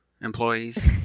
employees